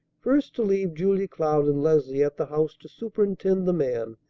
first to leave julia cloud and leslie at the house to superintend the man,